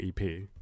EP